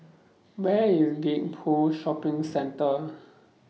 Where IS Gek Poh Shopping Centre